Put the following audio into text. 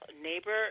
neighbor